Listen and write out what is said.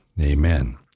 Amen